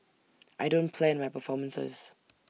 I don't plan my performances